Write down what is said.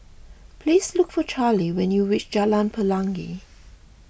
please look for Charley when you reach Jalan Pelangi